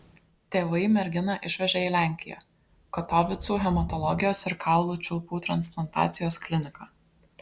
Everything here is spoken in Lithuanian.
tėvai merginą išvežė į lenkiją katovicų hematologijos ir kaulų čiulpų transplantacijos kliniką